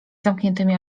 zamkniętymi